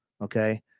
Okay